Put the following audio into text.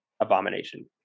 abomination